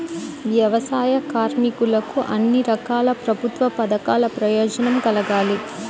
వ్యవసాయ కార్మికులకు అన్ని రకాల ప్రభుత్వ పథకాల ప్రయోజనం కలగాలి